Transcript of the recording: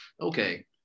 okay